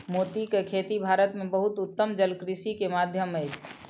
मोती के खेती भारत में बहुत उत्तम जलकृषि के माध्यम अछि